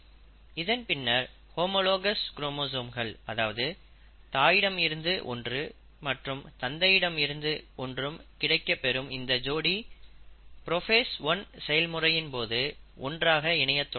இதன் பின்னர் ஹோமோலாகஸ் குரோமோசோம்கள் அதாவது தாயிடமிருந்து ஒன்று மற்றும் தந்தையிடமிருந்து ஒன்றும் கிடைக்கப்பெறும் இந்த ஜோடி புரோஃபேஸ் 1 செயல்முறையின் போது ஒன்றாக இணைய தொடங்கும்